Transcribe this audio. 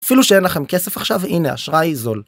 אפילו שאין לכם כסף עכשיו, הנה, אשראי זול.